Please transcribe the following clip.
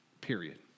Period